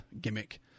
gimmick